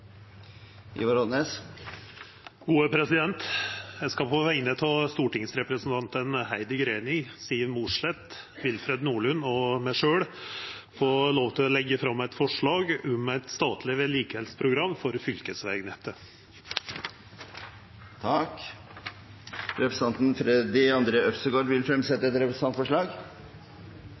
Ivar Odnes vil fremsette et representantforslag. På vegner av representantane Heidi Greni, Siv Mossleth, Willfred Nordlund og meg sjølv vil eg få lov til å leggja fram eit representantforslag om eit statleg vedlikehaldsprogram for fylkesvegnettet. Representanten Freddy André Øvstegård vil fremsette et representantforslag.